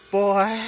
boy